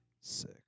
Sick